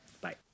Bye